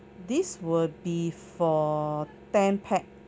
this will be for ten pax